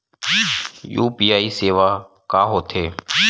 UPI सेवा का होथे?